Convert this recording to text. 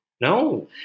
No